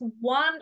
one